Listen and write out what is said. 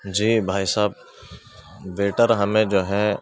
جی بھائی صاحب ویٹر ہمیں جو ہے